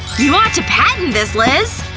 you ought to patent this, liz!